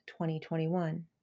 2021